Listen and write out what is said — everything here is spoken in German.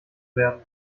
werden